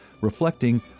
reflecting